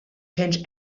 change